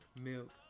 milk